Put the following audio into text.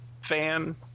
fan